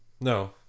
no